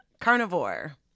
carnivore